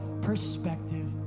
perspective